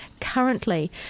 currently